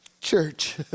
church